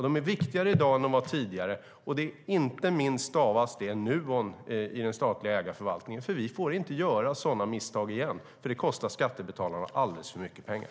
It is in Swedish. De är viktigare i dag än tidigare; inte minst stavas det Nuon i den statliga ägarförvaltningen. Vi får inte göra sådana misstag igen. De kostar skattebetalarna alldeles för mycket pengar.